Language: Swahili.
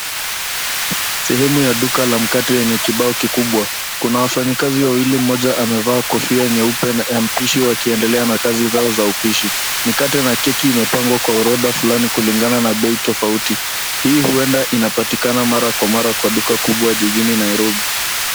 Sehemu ya duka la mkate yenye kibao kikubwa. Kuna wafanyakazi wawili, mmoja amevaa kofia nyeupe ya mpishi wakiendelea na kazi zao za upishi. Mikate na keki imepangwa kwa orodha fulani kulingana na bei tofauti. Hii huenda inapitakana mara kwa mara kwa duka kubwa jijini Nairobi.